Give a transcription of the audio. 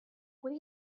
what